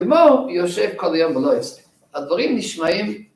‫ומאור יושב כל היום ולא יוצא. ‫הדברים נשמעים...